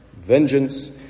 vengeance